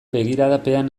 begiradapean